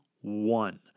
one